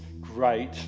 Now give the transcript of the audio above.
great